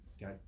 got